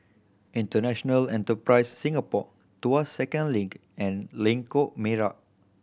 International Enterprise Singapore Tuas Second Link and Lengkok Merak